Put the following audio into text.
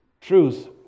truth